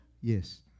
Yes